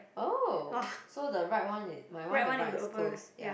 oh so the right one is my one the right is close ya